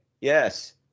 yes